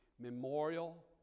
Memorial